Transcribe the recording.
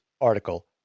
article